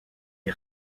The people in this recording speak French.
est